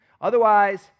Otherwise